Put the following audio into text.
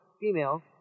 female